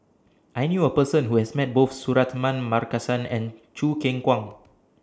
I knew A Person Who has Met Both Suratman Markasan and Choo Keng Kwang